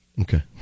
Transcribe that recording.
Okay